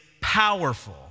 powerful